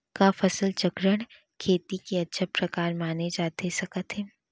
का फसल चक्रण, खेती के अच्छा प्रकार माने जाथे सकत हे?